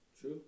true